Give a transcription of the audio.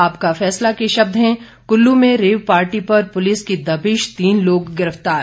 आपका फैसला के शब्द हैं कुल्लू में रेव पार्टी पर पुलिस की दबिश तीन लोग गिरफ्तार